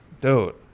Dude